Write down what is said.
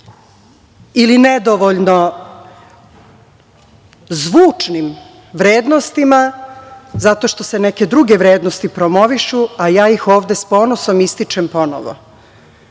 ili nedovoljno zvučnim vrednostima, zato što se neke druge vrednosti promovišu, a ja ih ovde s ponosom ističem ponovo. Da